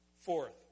Fourth